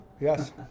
Yes